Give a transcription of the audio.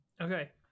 Okay